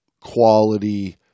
quality –